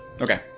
Okay